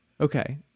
Okay